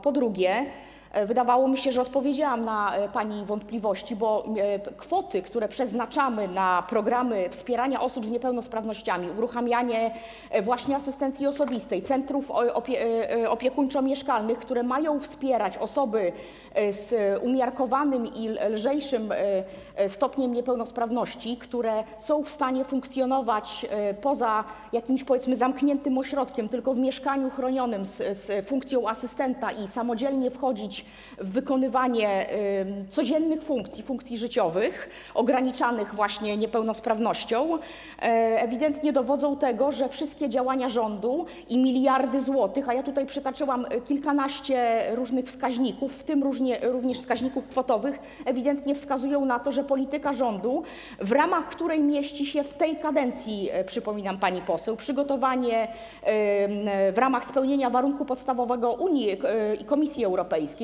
Po drugie, wydawało mi się, że odpowiedziałam na pani wątpliwości, bo kwoty, które przeznaczamy na programy wspierania osób z niepełnosprawnościami, uruchamianie asystencji osobistej, centrów opiekuńczo-mieszkalnych, które mają wspierać osoby z umiarkowanym i lżejszym stopniem niepełnosprawności, które są w stanie funkcjonować poza jakimś, powiedzmy, zamkniętym ośrodkiem, tylko w mieszkaniu chronionym z funkcją asystenta i samodzielnie wchodzić w wykonywanie codziennych funkcji, funkcji życiowych, ograniczanych właśnie niepełnosprawnością, ewidentnie dowodzą tego, że wszystkie działania rządu i miliardy złotych, a ja tutaj przytoczyłam kilkanaście różnych wskaźników, w tym również wskaźników kwotowych, ewidentnie wskazują na to, że polityka rządu, w ramach której mieści się w tej kadencji, przypominam, pani poseł, przygotowanie w ramach spełnienia warunku podstawowego Unii i Komisji Europejskiej.